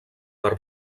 per